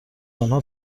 آنها